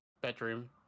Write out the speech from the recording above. bedroom